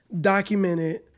documented